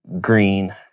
green